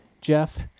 Jeff